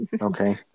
Okay